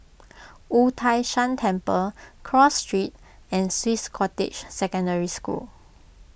Wu Tai Shan Temple Cross Street and Swiss Cottage Secondary School